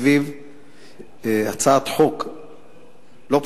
סביב הצעת חוק לא פשוטה,